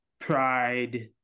pride